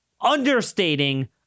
understating